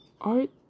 art